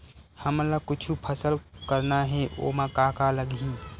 हमन ला कुछु फसल करना हे ओमा का का लगही?